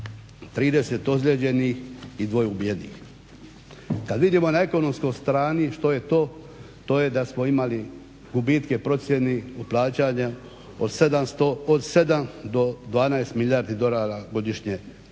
30 ozlijeđenih i 2 ubijenih. Kad vidimo na ekonomskoj strani što je to, to je da smo imali gubitke u procjeni plaćanja, od 7 do 12 milijardi dolara godišnje su